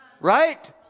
Right